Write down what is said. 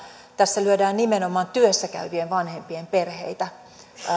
tässä lyödään nimenomaan työssä käyvien vanhempien perheitä